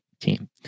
team